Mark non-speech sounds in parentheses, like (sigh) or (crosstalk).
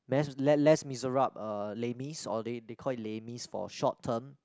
mes~ (noise) Les-Miserables uh Le-Mis or they they call it Le-Mis for short term